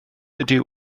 ydyw